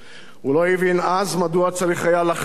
הוא לא הבין אז מדוע צריך היה לחקור,